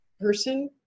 person